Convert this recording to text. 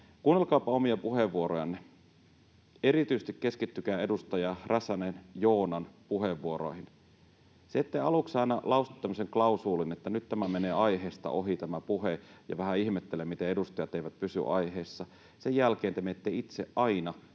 kuunnelkaapa omia puheenvuorojanne. Erityisesti keskittykää edustaja Räsänen Joonan puheenvuoroihin. Te aluksi aina lausutte tämmöisen klausuulin, että ”nyt menee aiheesta ohi tämä puhe, ja vähän ihmettelen, miten edustajat eivät pysy aiheessa”, ja sen jälkeen te menette itse aina